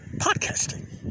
podcasting